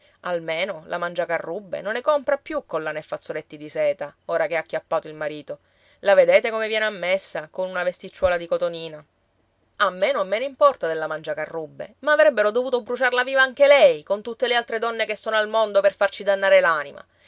almeno la mangiacarrubbe non ne compra più collane e fazzoletti di seta ora che ha acchiappato il marito la vedete come viene a messa con una vesticciuola di cotonina a me non me ne importa della mangiacarrubbe ma avrebbero dovuto bruciarla viva anche lei con tutte le altre donne che sono al mondo per farci dannare